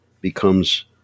becomes